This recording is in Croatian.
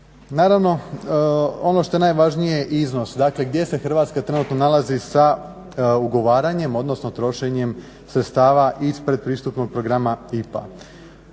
Naravno ono što je najvažnije iznos, dakle gdje se Hrvatska trenutno nalazi sa ugovaranjem odnosno trošenjem sredstava iz pretpristupnog programa IPA.